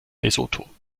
lesotho